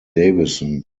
davison